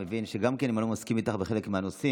אני מבין שגם אם אני לא מסכים איתך בחלק מהנושאים,